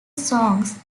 songs